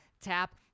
tap